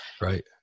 right